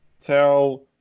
tell